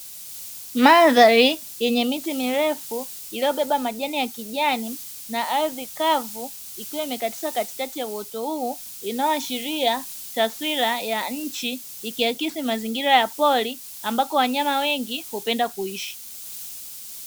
Mandhari yenye miti mirefu iliyobeba majani ya kijani na ardhi kavu ikiwa imekatika katikati ya uoto huu, inayoashiria taswira ya nchi ikiakisi mazingira ya pori ambako wanyama wengi hupenda kuishi.